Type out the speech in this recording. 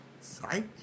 psych